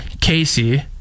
Casey